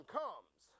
comes